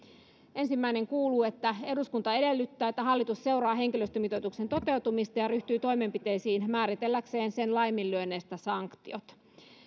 ensimmäinen kuuluu eduskunta edellyttää että hallitus seuraa henkilöstömitoituksen toteutumista ja ryhtyy toimenpiteisiin määritelläkseen sen laiminlyönneistä sanktiot